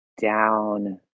down